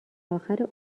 آخر